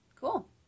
cool